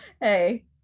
Hey